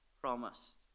promised